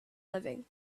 living